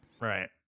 Right